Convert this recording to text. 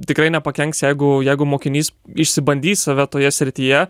tikrai nepakenks jeigu jeigu mokinys išsibandyti save toje srityje